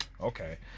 okay